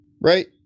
Right